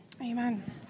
amen